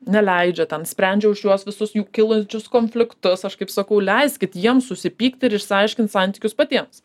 neleidžia ten sprendžia už juos visus jų kylančius konfliktus aš kaip sakau leiskit jiems susipykti ir išsiaiškint santykius patiems